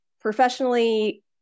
professionally